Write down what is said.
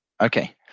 Okay